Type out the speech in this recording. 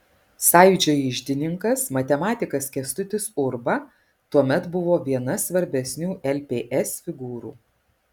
sąjūdžio iždininkas matematikas kęstutis urba tuomet buvo viena svarbesnių lps figūrų